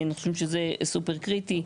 אנחנו חושבים שזה סופר קריטי,